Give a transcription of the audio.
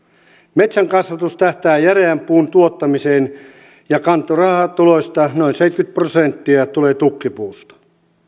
metsänkasvatus tähtää järeän puun tuottamiseen ja kantorahatuloista noin seitsemänkymmentä prosenttia tulee tukkipuusta